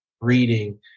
reading